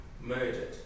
murdered